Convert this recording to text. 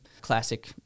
classic